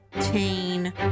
teen